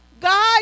God